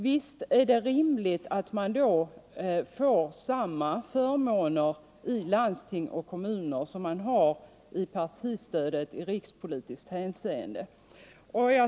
Visst är det rimligt att man får samma förmåner i partistödshänseende i landsting och kommuner som man har rikspolitiskt!